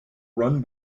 run